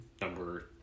number –